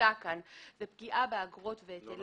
שמוצע כאן הוא פגיעה באגרות והיטלי